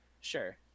Sure